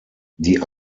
die